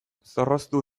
zorroztu